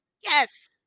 Yes